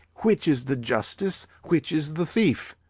which is the justice, which is the thief?